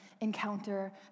encounter